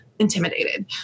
Intimidated